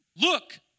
Look